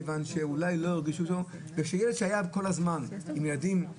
צריכים לחכות שבוע ולהמתין גם לבידוד המקוצר אבל יש